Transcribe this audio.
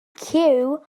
cyw